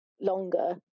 longer